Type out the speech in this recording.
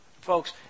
Folks